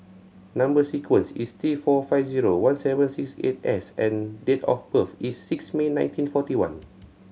number sequence is T four five zero one seven six eight S and date of birth is six May nineteen forty one